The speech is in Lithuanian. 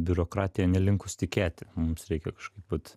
biurokratija nelinkus tikėti mums reikia kažkaip vat